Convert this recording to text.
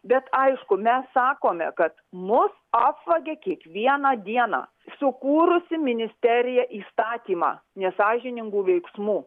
bet aišku mes sakome kad mus apvagia kiekvieną dieną sukūrusi ministerija įstatymą nesąžiningų veiksmų